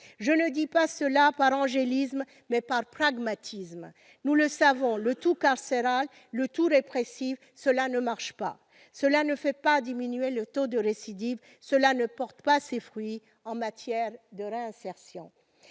cela non pas par angélisme, mais par pragmatisme. Nous le savons, le tout-carcéral, le tout-répressif, cela ne marche pas ! Cela ne fait pas diminuer le taux de récidive, cela ne porte pas ses fruits en matière de réinsertion